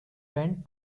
went